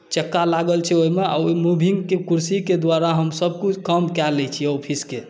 चक्का लागल छै ओहिमे आ ओ मूविंगके कुरसीके द्वारा हम सभकुछ काम कए लैत छियै ऑफिसके